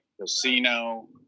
casino